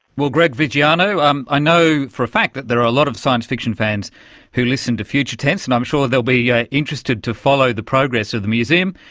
well, greg viggiano, i ah know for a fact that there are a lot of science-fiction fans who listen to future tense and i'm sure they will be yeah interested to follow the progress of the museum,